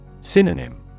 Synonym